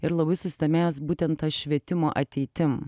ir labai susidomėjęs būtent ta švietimo ateitim